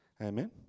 Amen